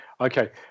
Okay